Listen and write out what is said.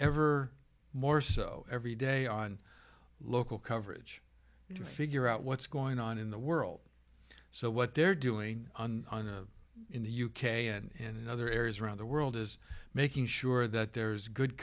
ever more so every day on local coverage to figure out what's going on in the world so what they're doing in the u k and other areas around the world is making sure that there's good